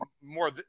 more